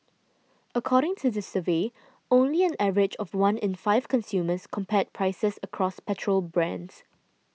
according to the survey only an average of one in five consumers compared prices across petrol brands